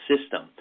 system